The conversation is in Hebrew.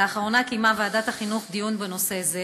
לאחרונה קיימה ועדת החינוך דיון בנושא זה.